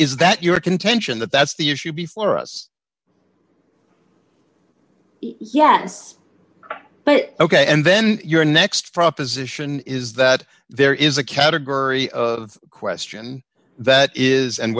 is that your contention that that's the issue before us yes but ok and then your next proposition is that there is a category of question that is and